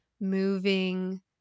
moving